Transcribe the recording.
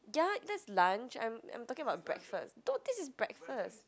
ya that's lunch I'm I'm talking about breakfast dude this is breakfast